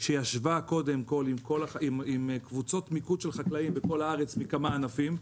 שישבה עם קבוצות מיקוד של חקלאים בכל הארץ מכמה ענפים,